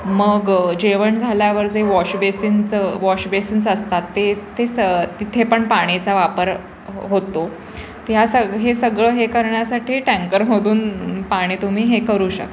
मग जेवण झाल्यावर जे वॉश बेसिनचं वॉश बेसिन्स असतात ते ते स तिथे पण पाणीचा वापर होतो तर ह्या सग हे सगळं हे करण्यासाठी टँकर मागवून पाणी तुम्ही हे करू शकता